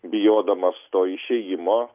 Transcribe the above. bijodamas to išėjimo